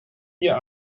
hier